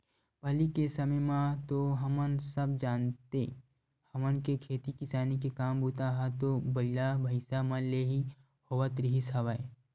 पहिली के समे म तो हमन सब जानते हवन के खेती किसानी के काम बूता ह तो बइला, भइसा मन ले ही होवत रिहिस हवय